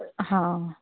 हां